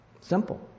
Simple